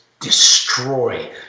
destroy